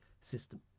system